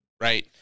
Right